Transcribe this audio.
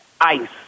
ice